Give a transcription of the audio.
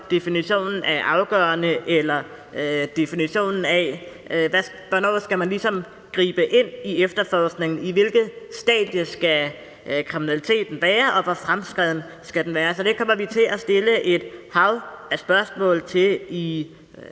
definitionen af »afgørende« eller en definition af, hvornår i efterforskningen man ligesom skal gribe ind. I hvilket stadie skal kriminaliteten være, og hvor fremskreden skal den være? Det kommer vi til at stille et hav af spørgsmål til i